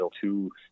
two